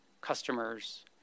customers